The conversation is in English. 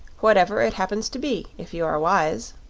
whatever it happens to be, if you are wise.